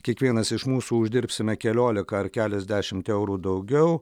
kiekvienas iš mūsų uždirbsime keliolika ar keliasdešimt eurų daugiau